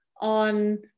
on